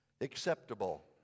acceptable